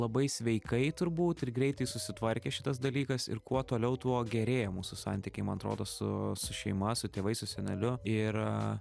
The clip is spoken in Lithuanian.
labai sveikai turbūt ir greitai susitvarkė šitas dalykas ir kuo toliau tuo gerėja mūsų santykiai man atrodo su su šeima su tėvais su seneliu ir